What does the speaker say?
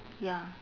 ya